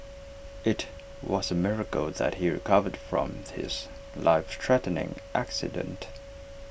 IT was A miracle that he recovered from his life threatening accident